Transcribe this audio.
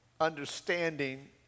understanding